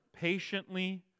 patiently